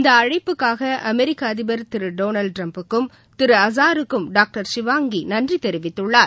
இந்த அழைப்புக்காக அமெரிக்க அதிபர் திரு டொனால்டு டிரம்ப்பு க்கும் திரு அஸாருக்கும் டாக்டர் ஷிவாங்கி நன்றி தெரிவித்துள்ளார்